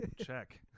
Check